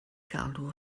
galw